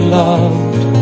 loved